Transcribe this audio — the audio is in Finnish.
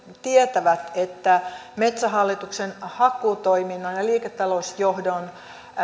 tietävät että metsähallituksen hakkuutoiminnan ja liiketalousjohdon